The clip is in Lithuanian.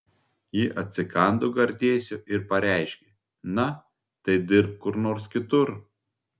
ji atsikando gardėsio ir pareiškė na tai dirbk kur nors kitur